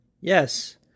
Yes